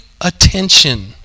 attention